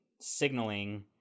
signaling